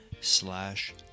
slash